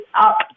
up